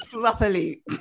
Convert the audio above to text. properly